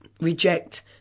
reject